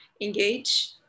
engage